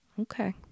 Okay